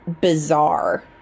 bizarre